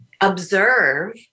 observe